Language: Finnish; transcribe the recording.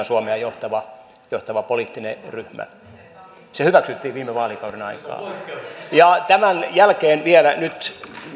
suomea johtava johtava poliittinen ryhmä se hyväksyttiin viime vaalikauden aikana tämän jälkeen vielä nyt